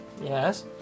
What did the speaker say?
Yes